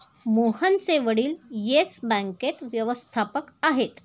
मोहनचे वडील येस बँकेत व्यवस्थापक आहेत